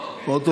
אותו.